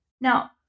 Now